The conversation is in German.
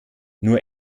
nur